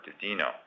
Dino